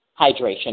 hydration